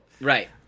Right